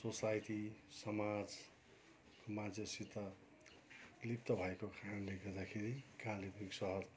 society समाजमा जससित लिप्त भएको कारणले गर्दाखेरि कालेबुङ सहर